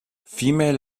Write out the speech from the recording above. female